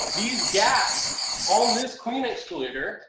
these gaps on this queen excluder,